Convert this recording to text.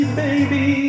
baby